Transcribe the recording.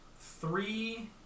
three